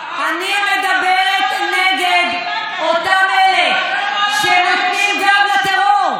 אני מדברת נגד אותם אלה שנותנים גב לטרור.